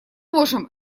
можем